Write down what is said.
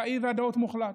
היה אי-ודאות מוחלט.